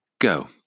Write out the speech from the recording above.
Go